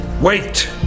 wait